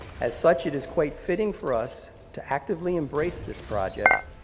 as such, it is quite fitting for us to actively embrace this project,